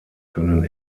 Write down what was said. können